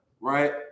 right